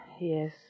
Yes